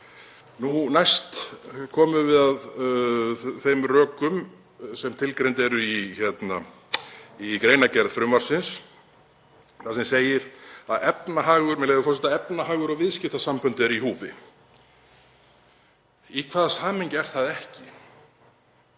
Næst komum við að þeim rökum sem tilgreind eru í greinargerð frumvarpsins þar sem segir, með leyfi forseta: „Efnahagur og viðskiptasambönd eru í húfi.“ Í hvaða samhengi er það ekki?